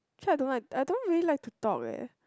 try I don't want I don't really like to talk leh